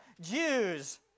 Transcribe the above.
Jews